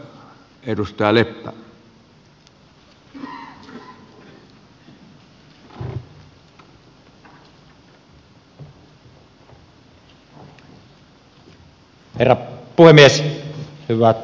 hyvät kollegat ja hyvät kansalaisaloitteen tekijät